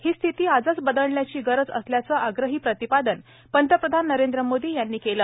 ही स्थिती आजच बदलण्याची गरज असल्याचं आग्रही प्रतिपादन पंतप्रधान नरेंद्र मोदी यांनी केलं